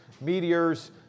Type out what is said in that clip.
meteors